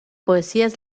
poesías